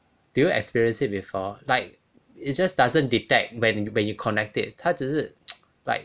did you experienced it before like it just doesn't detect when when you connect it 他只是 like